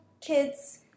kids